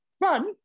run